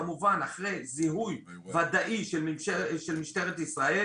כמובן אחרי זיהוי ודאי של משטרת ישראל,